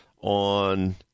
on